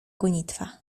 gonitwa